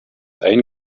ein